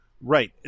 Right